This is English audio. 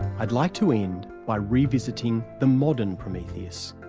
i'd like to end by revisiting the modern prometheus.